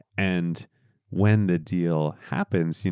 and when the deal happens,